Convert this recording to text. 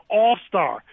all-star